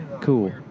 Cool